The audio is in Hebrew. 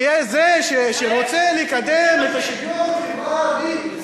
כזה שרוצה לקדם את השוויון בחברה הערבית,